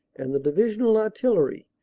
and the divisional artillery,